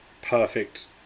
perfect